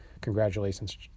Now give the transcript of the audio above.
congratulations